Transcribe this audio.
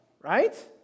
right